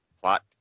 Plot